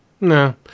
No